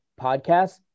podcast